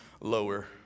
lower